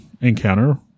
encounter